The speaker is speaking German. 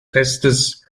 festes